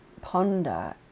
ponder